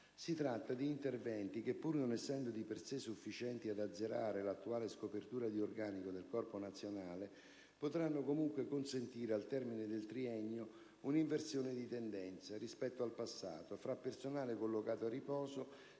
Si tratta di interventi che, pur non essendo di per sé sufficienti ad azzerare l'attuale scopertura di organico del Corpo nazionale, potranno comunque consentire, al termine del triennio, un'inversione di tendenza rispetto al passato, fra personale collocato a riposo e